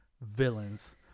villains